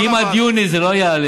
כי אם עד יוני זה לא יעלה,